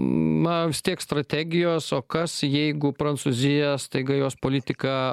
na vis tiek strategijos o kas jeigu prancūzija staiga jos politika